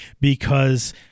because-